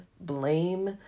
blame